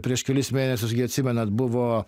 prieš kelis mėnesius gi atsimenat buvo